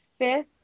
fifth